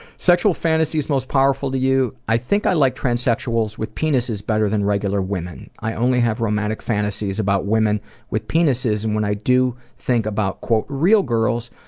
sexual fantasies most powerful to you i think i like transsexuals with penises better than regular women. i only have romantic fantasies about women with penises. and when i do think about real girls,